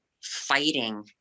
fighting